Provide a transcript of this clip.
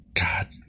god